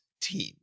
team